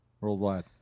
Worldwide